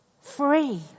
free